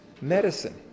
medicine